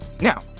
Now